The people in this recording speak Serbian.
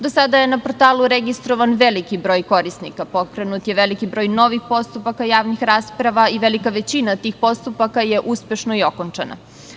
Do sada je na portalu registrovan veliki broj korisnika, pokrenut je veliki broj novih postupaka, javnih rasprava i velika većina tih postupaka je uspešno i okončana.